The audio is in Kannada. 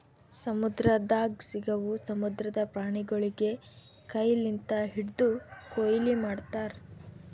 ಸಮುದ್ರದಾಗ್ ಸಿಗವು ಸಮುದ್ರದ ಪ್ರಾಣಿಗೊಳಿಗ್ ಕೈ ಲಿಂತ್ ಹಿಡ್ದು ಕೊಯ್ಲಿ ಮಾಡ್ತಾರ್